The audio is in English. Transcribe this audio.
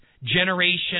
Generation